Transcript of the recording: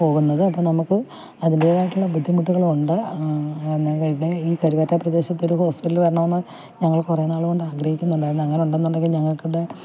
പോകുന്നത് അപ്പം നമുക്ക് അതിൻേതായിട്ടുള്ള ബുദ്ധിമുട്ടുകളുണ്ട് ഇവിടെ ഈ കരുവാറ്റ പ്രദേശത്ത് ഒരു ഹോസ്പിറ്റൽ വരാണമെന്ന് ഞങ്ങൾ കുറേ നാളുകൊണ്ട് ആഗ്രഹിക്കുന്നുണ്ടായിരുന്നു അങ്ങനെ ഉണ്ടെന്നുണ്ടെങ്കിൽ ഞങ്ങൾക്കിവിടെ